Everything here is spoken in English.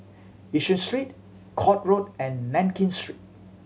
Yishun Street Court Road and Nankin Street